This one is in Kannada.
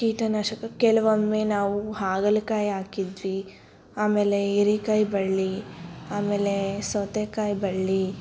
ಕೀಟನಾಶಕ ಕೆಲವೊಮ್ಮೆ ನಾವು ಹಾಗಲಕಾಯಿ ಹಾಕಿದ್ವಿ ಆಮೇಲೆ ಹೀರೇಕಾಯ್ ಬಳ್ಳಿ ಆಮೇಲೆ ಸೌತೆಕಾಯಿ ಬಳ್ಳಿ